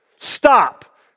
stop